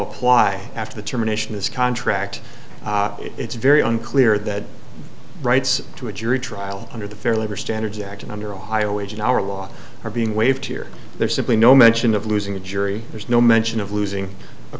apply after the termination this contract it's very unclear that rights to a jury trial under the fair labor standards act and under ohio wage and hour law are being waived here there's simply no mention of losing a jury there's no mention of losing a